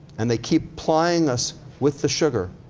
and they keep plying us with the sugar.